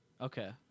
Okay